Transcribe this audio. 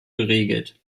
geregelt